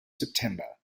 september